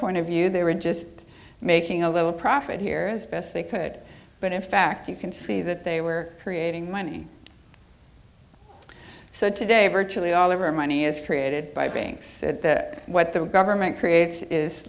point of view they were just making a little profit here as best they could but in fact you can see that they were creating money so today virtually all of our money is created by banks that what the government creates